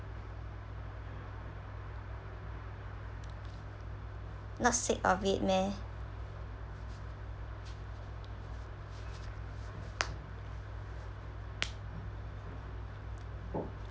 not sick of it meh